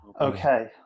Okay